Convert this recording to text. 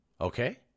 Okay